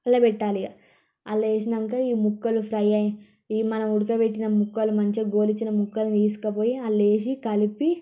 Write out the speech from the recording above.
అలా పెట్టాలిక అలా వేసినాక ఈ ముక్కలు ఫ్రై అయ్యా ఇవి మనం ఉడకబెట్టిన ముక్కలు మంచిగా గోలించిన ముక్కలు తీసుకుపోయి అలా వేసి కలిపి